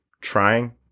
trying